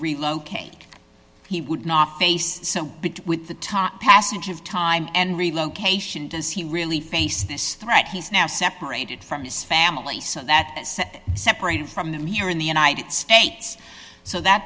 relocate he would not face with the top passage of time and relocation does he really face this threat he's now separated from his family so that was separated from them here in the united states so that